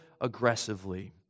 aggressively